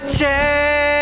change